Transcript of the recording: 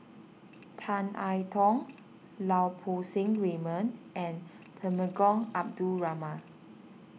Tan I Tong Lau Poo Seng Raymond and Temenggong Abdul Rahman